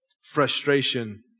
frustration